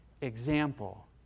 example